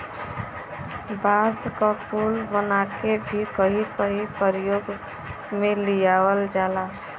बांस क पुल बनाके भी कहीं कहीं परयोग में लियावल जाला